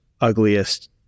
ugliest